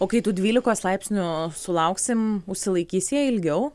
o kai tų dvylikos laipsnių sulauksim užsilaikys jie ilgiau